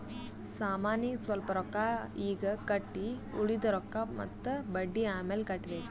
ಸಾಮಾನಿಗ್ ಸ್ವಲ್ಪ್ ರೊಕ್ಕಾ ಈಗ್ ಕಟ್ಟಿ ಉಳ್ದಿದ್ ರೊಕ್ಕಾ ಮತ್ತ ಬಡ್ಡಿ ಅಮ್ಯಾಲ್ ಕಟ್ಟಬೇಕ್